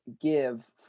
give